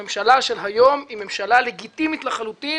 הממשלה של היום היא ממשלה לגיטימית לחלוטין